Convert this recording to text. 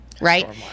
Right